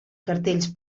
cartells